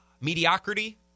Mediocrity